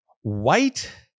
White